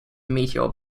meteor